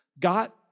got